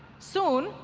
soon,